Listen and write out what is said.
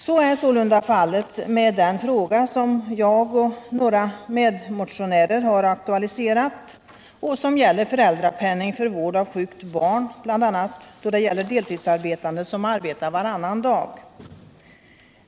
Så är fallet med den fråga som jag och några medmotionärer har aktualiserat och som gäller föräldrapenning för vård av sjukt barn, bl.a. då det gäller deltidsarbetande som arbetar varannan dag.